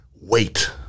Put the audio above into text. wait